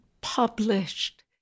published